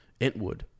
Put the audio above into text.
Entwood